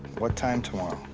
what time tomorrow?